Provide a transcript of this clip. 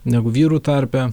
negu vyrų tarpe